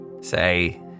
Say